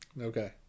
Okay